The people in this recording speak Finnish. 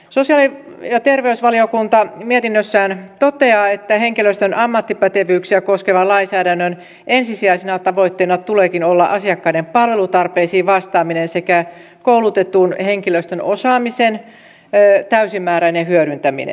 sosiaali ja terveysvaliokunta mietinnössään toteaa että henkilöstön ammattipätevyyksiä koskevan lainsäädännön ensisijaisena tavoitteena tuleekin olla asiakkaiden palvelutarpeisiin vastaaminen sekä koulutetun henkilöstön osaamisen täysimääräinen hyödyntäminen